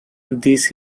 this